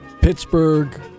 Pittsburgh